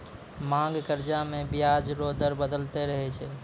मांग कर्जा मे बियाज रो दर बदलते रहै छै